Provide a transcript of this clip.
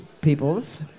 peoples